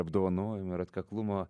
apdovanojimų ir atkaklumo